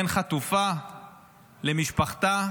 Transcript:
בין חטופה למשפחתה,